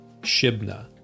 shibna